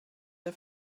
der